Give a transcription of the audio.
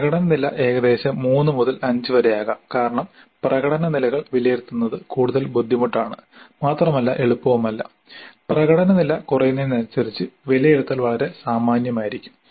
പ്രകടന നില ഏകദേശം 3 മുതൽ 5 വരെ ആകാം കാരണം പ്രകടന നിലകൾ വിലയിരുത്തുന്നത് കൂടുതൽ ബുദ്ധിമുട്ടാണ് മാത്രമല്ല എളുപ്പവുമല്ല പ്രകടന നില കുറയുന്നതനുസരിച്ച് വിലയിരുത്തൽ വളരെ സാമാന്യമായിരിക്കും